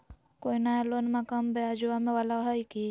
कोइ नया लोनमा कम ब्याजवा वाला हय की?